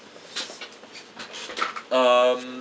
um